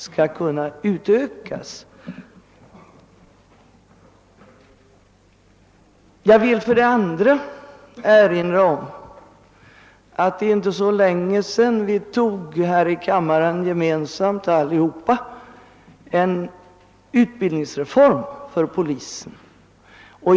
För det andra vill jag erinra om att det inte är så länge sedan vi här i kammaren alla gemensamt beslöt en utbildningsreform för polisen.